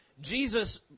Jesus